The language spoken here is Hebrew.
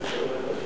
(תיקון מס' 2),